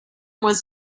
was